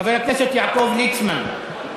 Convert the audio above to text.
חבר הכנסת יעקב ליצמן,